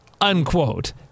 Unquote